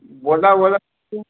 बोला बोला